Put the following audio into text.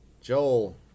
Joel